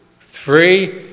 three